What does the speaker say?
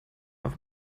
auf